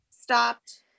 stopped